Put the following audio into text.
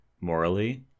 morally